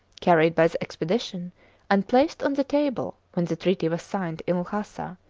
carried by the expedition and placed on the table when the treaty was signed in lhasa,